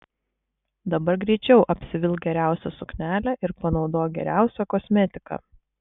dabar greičiau apsivilk geriausią suknelę ir panaudok geriausią kosmetiką